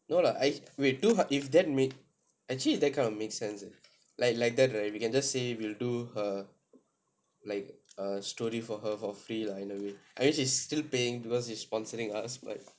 no lah I wait to if that make actually that kind of make sense like like that right we can just say we'll do her like err story for her for free lah in a way I mean she's still paying because she's sponsoring us but